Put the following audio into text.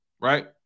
right